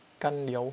尴聊